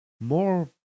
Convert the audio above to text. more